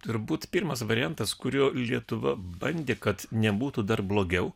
turbūt pirmas variantas kuriuo lietuva bandė kad nebūtų dar blogiau